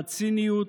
מהציניות,